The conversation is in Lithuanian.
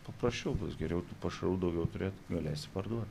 paprasčiau bus geriau tų pašarų daugiau turėt galėsi parduot